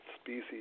species